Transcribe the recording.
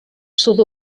sud